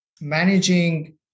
managing